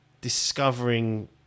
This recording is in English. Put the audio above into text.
discovering